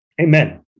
Amen